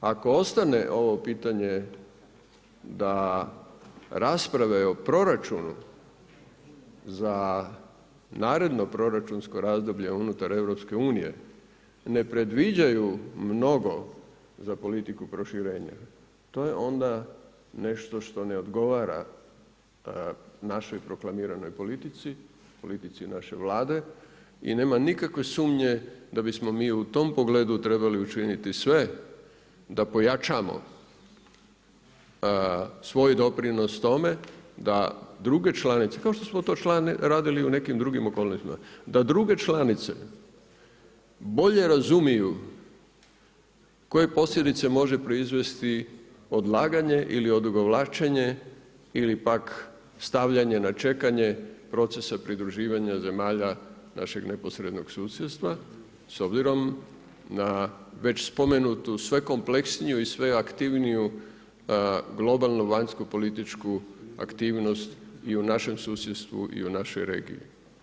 Ako ostane ovo pitanje da rasprave o proračunu za naredno proračunsko razdoblje unutar EU ne predviđaju mnogo za politiku proširenja to je onda nešto što ne odgovara našoj proklamiranoj politici, politici naše Vlade i nema nikakve sumnje da bismo mi u tom pogledu trebali učiniti sve da pojačamo svoj doprinos tome da druge članice, kao što smo to radili u nekim okolnostima, da druge članice bolje razumiju koje posljedice može proizvesti odlaganje ili odugovlačenje ili pak stavljanje ne čekanje procesa pridruživanja zemalja našeg neposrednog susjedstva s obzirom na već spomenutu sve kompleksniju i sve aktivniju globalnu vanjsko-političku aktivnost i u našem susjedstvu i u našoj regiji.